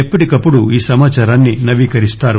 ఎప్పటికప్పుడు ఈ సమాచారాన్ని నవీకరిస్తారు